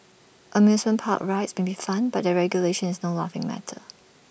amusement park rides may be fun but their regulation is no laughing matter